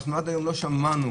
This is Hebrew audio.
עד היום לא שמענו